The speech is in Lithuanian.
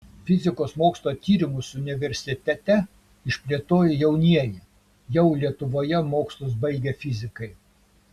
fizikos mokslo tyrimus universitete išplėtojo jaunieji jau lietuvoje mokslus baigę fizikai